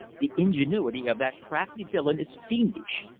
the ingenuity of that crafty villain is fiendish.